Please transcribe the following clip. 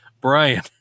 Brian